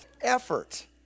effort